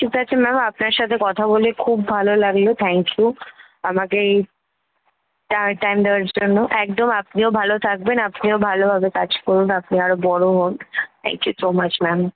ঠিক আছে ম্যাম আপনার সাথে কথা বলে খুব ভালো লাগল থ্যাংক ইউ আমাকে এই টাইম দেওয়ার জন্য একদম আপনিও ভালো থাকবেন আপনিও ভালোভাবে কাজ করুন আপনি আরো বড় হন thank you so much ma'am